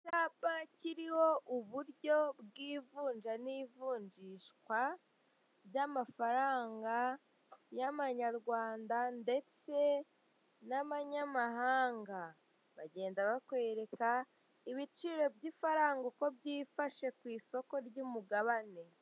Icyapa kiriho uburyo bw'ivunja n'ivunjishwa bw'amafaranga y'amanyarwanda ndetse n'amanyamahanga. Bagenda bakwereka ibiciro by'ifaranga uko byifashe ku isoko ry'umugabane.